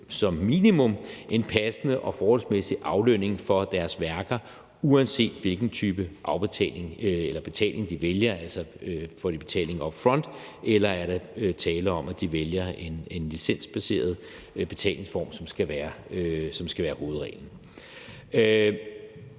som minimum får en passende og forholdsmæssig aflønning for deres værker, uanset hvilken type betaling de vælger, altså om de får betaling up front, eller om der er tale om, at de vælger en licensbaseret betalingsform, som skal være hovedreglen.